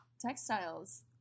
textiles